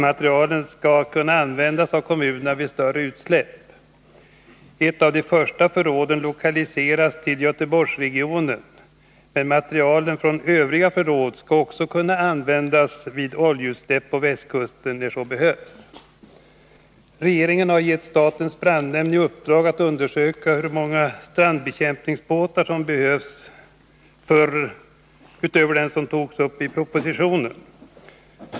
Materielen skall kunna användas av kommunerna vid större utsläpp. Ett av de första förråden lokaliseras till Göteborgsregionen, men materielen från övriga förråd skall också kunna användas vid oljeutsläpp på västkusten, när så behövs. Regeringen har gett statens brandnämnd i uppdrag att undersöka hur många strandbekämpningsbåtar som behövs utöver dem som togs upp i propositionen.